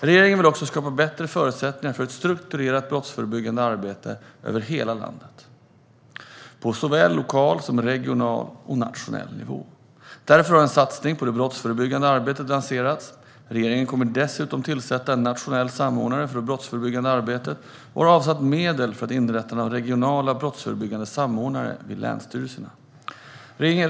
Regeringen vill också skapa bättre förutsättningar för ett strukturerat brottsförebyggande arbete över hela landet på såväl lokal och regional som nationell nivå. Därför har en satsning på det brottsförebyggande arbetet lanserats. Regeringen kommer dessutom att tillsätta en nationell samordnare för det brottsförebyggande arbetet och har avsatt medel för inrättandet av regionala brottsförebyggande samordnare vid länsstyrelserna.